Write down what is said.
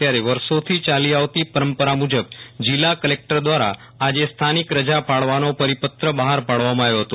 ત્યારે વર્ષોથી યાલી આવતી પરંપરા મુજબ જિલ્લા કલેકટર દ્વારા આજે સ્થાનિક રજા પાડવાનો પરિપત્ર બહાર પાડવામાં આવ્યો હતા